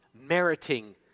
meriting